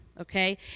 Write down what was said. okay